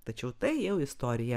tačiau tai jau istorija